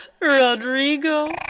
Rodrigo